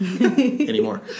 anymore